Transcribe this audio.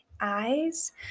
eyes